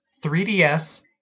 3DS